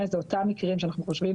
בנק ישראל.